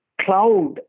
cloud